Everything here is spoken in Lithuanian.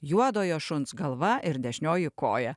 juodojo šuns galva ir dešinioji koja